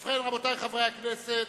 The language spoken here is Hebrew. ובכן, רבותי חברי הכנסת,